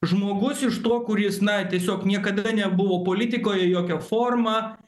žmogus iš to kur jis na tiesiog niekada nebuvo politikoje jokia forma